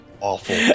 Awful